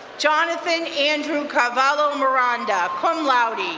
jonathan andrew cavallo miranda, cum laude,